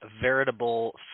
veritable